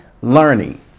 learning